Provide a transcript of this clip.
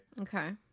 Okay